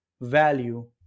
value